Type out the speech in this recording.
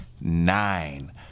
nine